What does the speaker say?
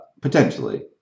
Potentially